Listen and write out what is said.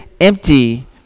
empty